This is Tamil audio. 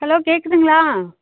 ஹலோ கேட்குதுங்களா